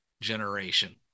generation